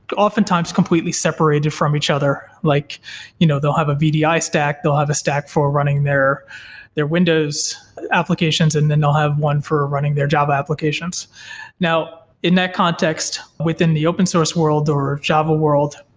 oftentimes completely separated from each other, like you know they'll have a vdi stack, they'll have a stack for running their their windows applications and then they'll have one for running their job applications now in that context within the open source world, or java world,